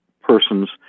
persons